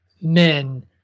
men